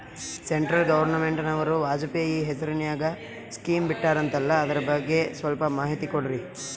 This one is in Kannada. ಸೆಂಟ್ರಲ್ ಗವರ್ನಮೆಂಟನವರು ವಾಜಪೇಯಿ ಹೇಸಿರಿನಾಗ್ಯಾ ಸ್ಕಿಮ್ ಬಿಟ್ಟಾರಂತಲ್ಲ ಅದರ ಬಗ್ಗೆ ಸ್ವಲ್ಪ ಮಾಹಿತಿ ಕೊಡ್ರಿ?